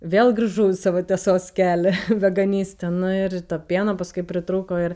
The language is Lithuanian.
vėl grįžau į savo tiesos kelią veganystę nu ir to pieno paskui pritrūko ir